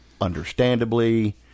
Understandably